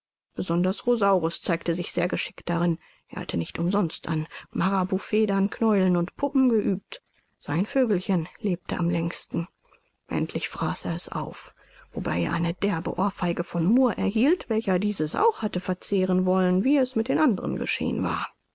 besonders rosaurus zeigte sich sehr geschickt darin er hatte sich nicht umsonst an maraboutfedern knäulen und puppen geübt sein vögelchen lebte am längsten endlich fraß er es auf wofür er eine derbe ohrfeige vom murr erhielt welcher dieses auch hatte verzehren wollen wie es mit den andern geschehen war